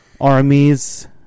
armies